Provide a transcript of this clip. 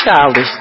childish